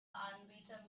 anbieter